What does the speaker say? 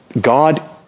God